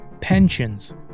pensions